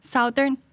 Southern